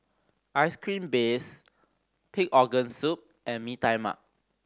ice cream breads pig organ soup and Mee Tai Mak